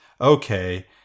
okay